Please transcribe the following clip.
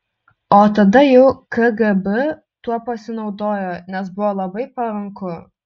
o tada jau kgb tuo pasinaudojo nes buvo labai paranku